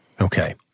Okay